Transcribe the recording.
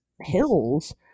hills